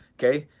okay,